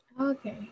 Okay